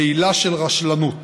בעילה של רשלנות.